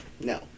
No